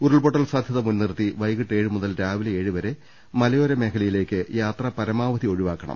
ഉരുൾപൊട്ടൽ സാധൃത മുൻനിർത്തി വൈകിട്ട് ഏഴുമുതൽ രാവിലെ ഏഴുവരെ മലയോര മേഖലയി ലേക്ക് യാത്ര പരമാവധി ഒഴിവാക്കണം